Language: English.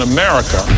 America